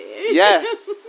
yes